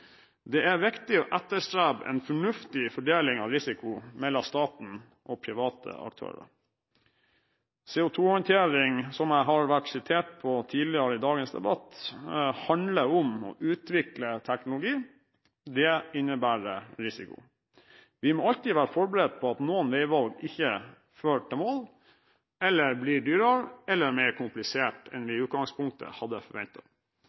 Det er viktig å etterstrebe en fornuftig fordeling av risiko mellom staten og private aktører. CO2-håndtering – som jeg har vært sitert på tidligere i dagens debatt – handler om å utvikle teknologi. Det innebærer risiko. Vi må alltid være forberedt på at noen veivalg ikke fører til mål, eller blir dyrere eller mer kompliserte enn vi i utgangspunktet hadde